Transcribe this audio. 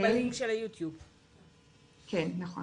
אני אספר